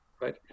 right